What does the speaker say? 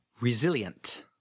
Resilient